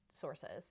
sources